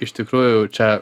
iš tikrųjų čia